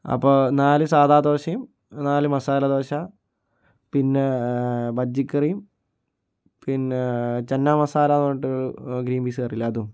അപ്പോൾ നാല് സാധാ ദോശയും നാല് മസാലദോശ പിന്നെ ബജ്ജിക്കറിയും പിന്നെ ചന്നാ മസാല എന്നു പറഞ്ഞിട്ടൊരു ഗ്രീന്പീസ് കറിയില്ലേ അതും